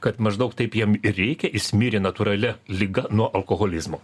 kad maždaug taip jiem ir reikia jis mirė natūralia liga nuo alkoholizmo